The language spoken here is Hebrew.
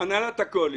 הנהלת הקואליציה,